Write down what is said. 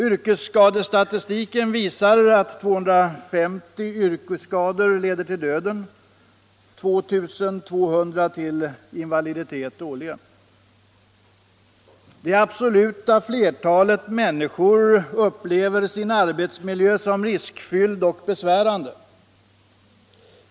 Yrkesskadestatistiken visar att 250 yrkesskador årligen leder till döden och 2 200 till invaliditet. Det absoluta flertalet människor upplever sin arbetsmiljö som riskfylld och besvärande.